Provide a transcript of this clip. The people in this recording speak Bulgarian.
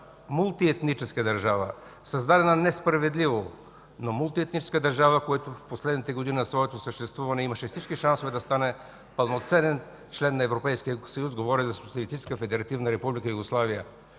мултиетническа държава, създадена несправедливо. Но мултиетническа държава, която в последните години на своето съществуване имаше всички шансове да стане пълноценен член на Европейския съюз – говоря за Социалистическа федеративна република Югославия.